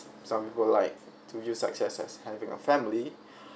some people like to view success as having a family